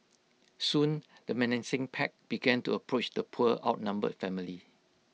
soon the menacing pack began to approach the poor outnumbered family